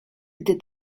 gdy